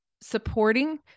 supporting